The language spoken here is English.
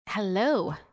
Hello